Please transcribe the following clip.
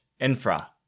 infra